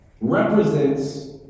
represents